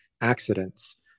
accidents